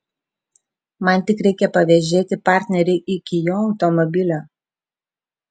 man tik reikia pavėžėti partnerį iki jo automobilio